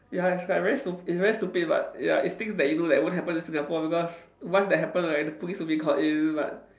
ya it's like very stup~ it's very stupid but ya it's things that you know that won't happen in Singapore because once that happen right the police will be called in but